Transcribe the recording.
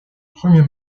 premier